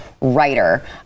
writer